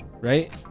Right